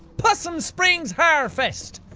possum springs harfest!